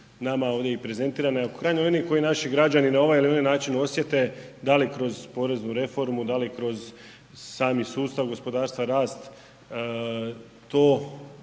nama ovdje i prezentirane, a u krajnjoj liniji koji naši građani na ovaj ili na ovaj način osjete, da li kroz poreznu reformu, da li kroz sami sustav gospodarstva, rast, to